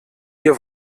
ihr